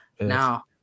now